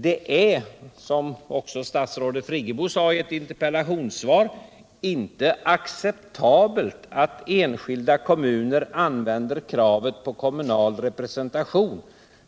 Det är, som också statsrådet Friggebo sade i ett interpellationssvar, inte acceptabelt att enskilda kommuner använder kravet på kommunal representation